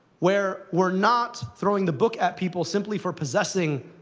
where we're not throwing the book at people simply for possessing